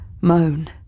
moan